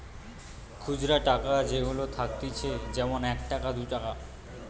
খুচরা টাকা যেগুলা থাকতিছে যেমন এক টাকা, দু টাকা